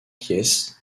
pièces